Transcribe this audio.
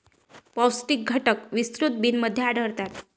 पौष्टिक घटक विस्तृत बिनमध्ये आढळतात